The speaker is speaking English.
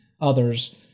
others